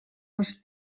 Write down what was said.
les